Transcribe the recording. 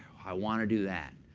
i want to do that.